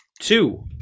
two